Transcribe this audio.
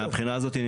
מבחינה הזאת,